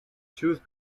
choose